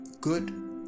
good